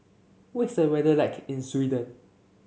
what is the weather like in Sweden